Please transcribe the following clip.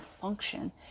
function